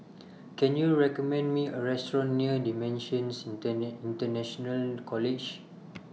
Can YOU recommend Me A Restaurant near DImensions International College